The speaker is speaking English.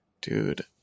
Dude